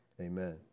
Amen